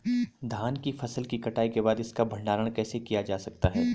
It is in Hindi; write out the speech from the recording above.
धान की फसल की कटाई के बाद इसका भंडारण कैसे किया जा सकता है?